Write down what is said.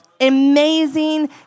Amazing